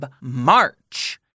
March